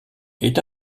est